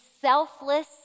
selfless